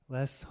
Less